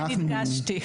לכן הדגשתי.